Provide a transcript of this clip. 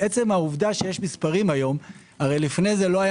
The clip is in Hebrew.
עצם העובדה שיש מספרים לפני כן לא היו